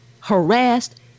harassed